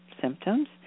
symptoms